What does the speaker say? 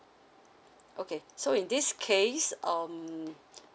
okay so in this case um